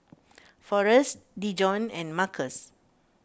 forest Dejon and Marcos